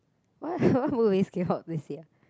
what what movies came out this year